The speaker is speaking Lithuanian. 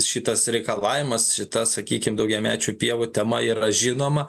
šitas reikalavimas šita sakykim daugiamečių pievų tema yra žinoma